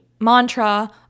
mantra